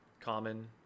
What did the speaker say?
common